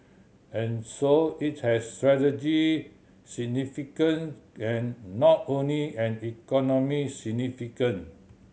and so it has strategic significant and not only an economic significant